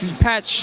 patch